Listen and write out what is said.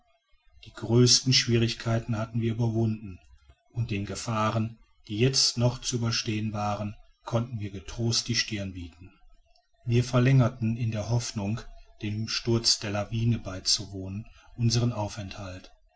die größten schwierigkeiten hatten wir überwunden und den gefahren die jetzt noch zu überstehen waren konnten wir getrost die stirn bieten wir verlängerten in der hoffnung dem sturz der lawine beizuwohnen unsern aufenthalt